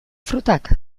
frutak